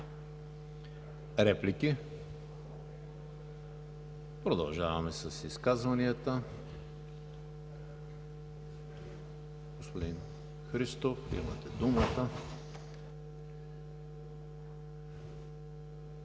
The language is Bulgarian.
Реплики? Продължаваме с изказванията. Господин Христов, имате думата.